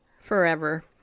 forever